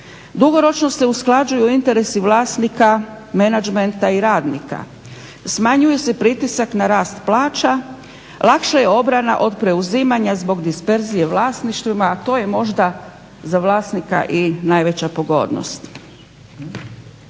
dugoročno se usklađuju interesi vlasnika, menadžmenta i radnika, smanjuje se pritisak na rast plaća, lakša je obrana od preuzimanja zbog disperzije o vlasništvima a to je možda za vlasnika i najveća pogodnost.